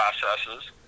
processes